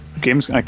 games